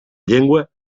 llengua